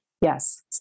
Yes